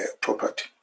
property